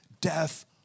death